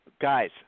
Guys